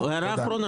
הערה רביעית ואחרונה.